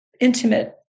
intimate